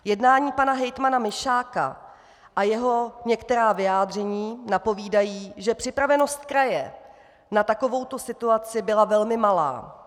Jednání pana hejtmana Mišáka a jeho některá vyjádření napovídají, že připravenost kraje na takovouto situaci byla velmi malá.